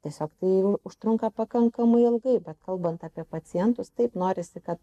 tiesiog tai užtrunka pakankamai ilgai kalbant apie pacientus taip norisi kad